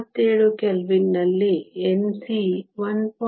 ಆದ್ದರಿಂದ 77 ಕೆಲ್ವಿನ್ನಲ್ಲಿ Nc 1